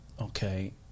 okay